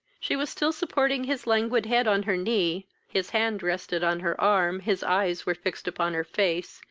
she was still supporting his languid head on her knee his hand rested on her arm, his eyes were fixed upon her face,